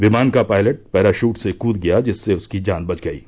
विमान का pilot parachute से कूद गया जिससे उसकी जान बच गयी